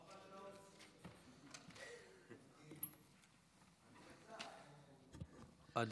עד